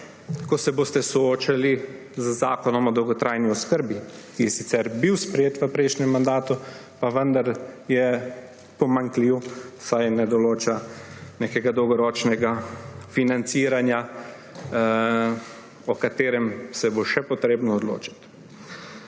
ko se boste soočali z Zakonom o dolgotrajni oskrbi, ki je sicer bil sprejet v prejšnjem mandatu, pa je vendar pomanjkljiv, saj ne določa nekega dolgoročnega financiranja, o katerem se bo še potrebno odločiti.